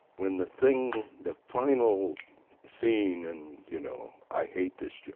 when the thing, the final scene and you know i hate this job.